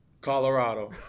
Colorado